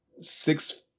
six